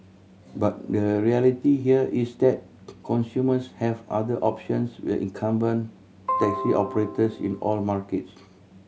but the reality here is that consumers have other options with incumbent taxi operators in all markets